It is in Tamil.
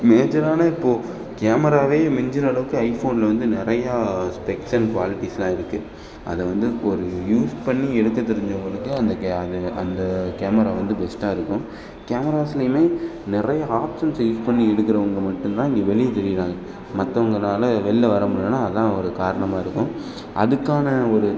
மேஜரான இப்போ கேமராவே மிஞ்சுற அளவுக்கு ஐஃபோனில் வந்து நிறையா ஸ்பெக்ஸ் அண்ட் க்வாலிட்டிஸ்லாம் இருக்குது அத வந்து ஒரு யூஸ் பண்ணி எடுக்க தெரிஞ்சவங்களுக்கு அந்த கே அதுங்க அந்த கேமரா வந்து பெஸ்ட்டாக இருக்கும் கேமராஸ்லையுமே நிறையா ஆப்சன்ஸை யூஸ் பண்ணி எடுக்கிறவங்க மட்டும் தான் இங்கே வெளியே தெரிகிறாங்க மற்றவங்களால வெளில வர முடிலனா அதுதான் ஒரு காரணமாக இருக்கும் அதுக்கான ஒரு